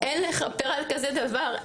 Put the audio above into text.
אין לכפר על כזה דבר.